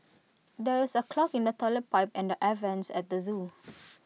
there is A clog in the Toilet Pipe and the air Vents at the Zoo